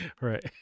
right